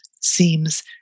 seems